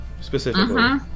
specifically